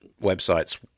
websites